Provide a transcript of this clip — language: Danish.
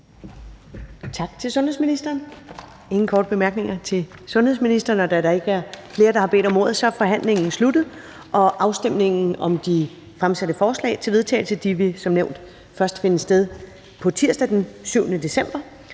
Tak til sundhedsministeren. Der er ingen korte bemærkninger til sundhedsministeren. Da der ikke er flere, der har bedt om ordet, er forhandlingen sluttet. Afstemningen om de fremsatte forslag til vedtagelse vil som nævnt først finde sted på tirsdag, den 7. december